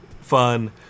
fun